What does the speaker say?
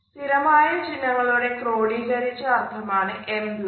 സ്ഥിരമായ ചിഹ്നങ്ങളുടെ ക്രോഡീകരിച്ച അർത്ഥമാണ് എംബ്ലംസ്